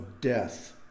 death